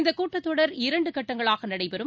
இந்தக் கூட்டத் தொடர் இரண்டுகட்டங்களாகநடைபெறும்